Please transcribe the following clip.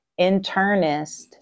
internist